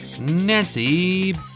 Nancy